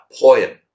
poem